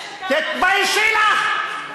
תתבייש אתה, תתביישי לך.